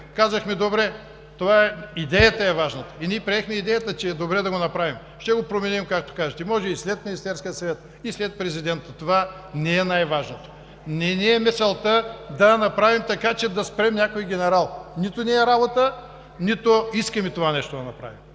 Казахме „добре“. Идеята е важна. И ние приехме идеята, че е добре да го направим. Ще го променим, както кажете. Може и след Министерския съвет, и след президента, това не е най-важното. Не ни е мисълта да направим така, че да спрем някой генерал. Нито ни е работа, нито искаме това нещо да направим.